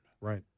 right